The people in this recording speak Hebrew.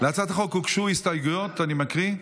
להצעת החוק הוגשו הסתייגויות, ואני מקריא: